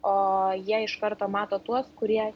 o jie iš karto mato tuos kurie